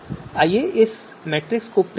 आइए इस मैट्रिक्स को प्रिंट करें